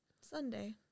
Sunday